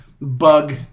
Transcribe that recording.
bug